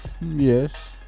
Yes